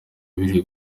ingabire